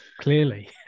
Clearly